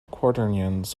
quaternions